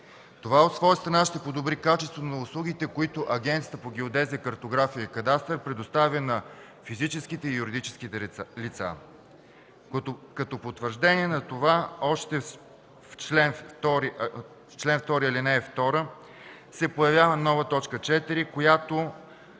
Това от своя страна ще подобри качеството на услугите, които Агенцията по геодезия, картография и кадастър предоставя на физическите и юридическите лица. Като потвърждение на това още в чл. 2, ал. 2 се появява нова т. 4, която